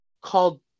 called